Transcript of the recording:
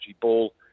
Ball